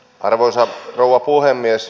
arvoisa rouva puhemies